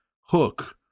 hook